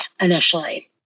initially